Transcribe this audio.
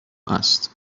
است